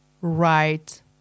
right